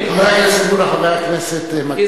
חבר הכנסת מולה,